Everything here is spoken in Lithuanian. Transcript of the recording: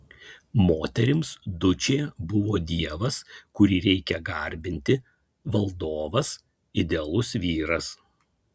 moterims dučė buvo dievas kurį reikia garbinti valdovas idealus vyras